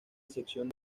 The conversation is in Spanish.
excepción